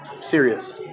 serious